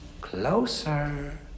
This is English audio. Closer